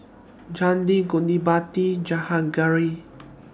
Chandi Gottipati and Jahangir